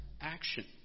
action